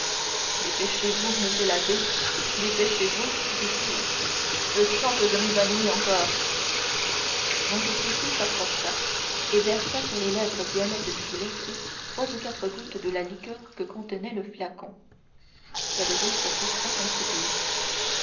dépêchez-vous monsieur l'abbé dépêchez-vous dit-il je sens que je m'évanouis encore monte cristo s'approcha et versa sur les lèvres violettes du blessé trois ou quatre gouttes de la liqueur que contenait le flacon caderousse poussa un soupir